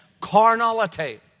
carnality